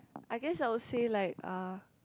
I guess I will say like uh